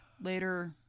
Later